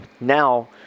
Now